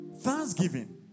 thanksgiving